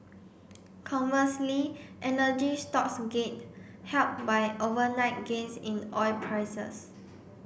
conversely energy stocks gained helped by overnight gains in oil prices